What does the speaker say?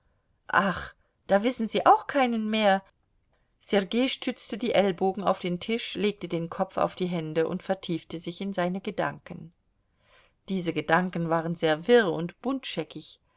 ach da wissen sie auch keinen mehr sergei stützte die ellbogen auf den tisch legte den kopf auf die hände und vertiefte sich in seine gedanken diese gedanken waren sehr wirr und